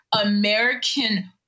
American